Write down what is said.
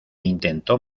intentó